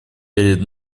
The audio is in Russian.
перед